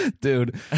Dude